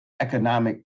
economic